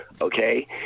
okay